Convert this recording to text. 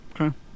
Okay